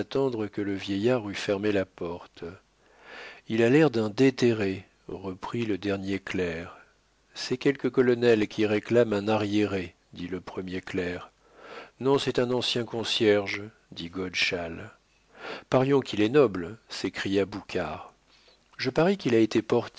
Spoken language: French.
que le vieillard eût fermé la porte il a l'air d'un déterré reprit le clerc c'est quelque colonel qui réclame un arriéré dit le premier clerc non c'est un ancien concierge dit godeschal parions qu'il est noble s'écria boucard je parie qu'il a été